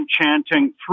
chanting